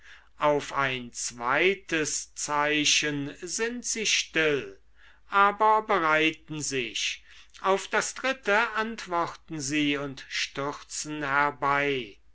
auf ein zweites zeichen sind sie still aber bereiten sich auf das dritte antworten sie und stürzen herbei